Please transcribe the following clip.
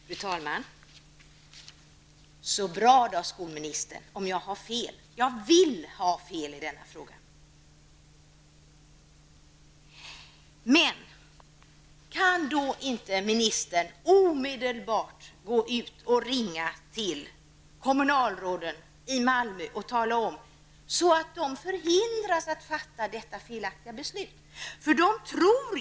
Fru talman! Så bra, skolministern, om jag har fel. Jag vill ha fel i denna fråga. Men kan inte då ministern omedelbart gå ut och ringa till kommunalråden i Malmö och tala om detta, så att de förhindras att fatta ett felaktigt beslut?